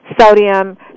sodium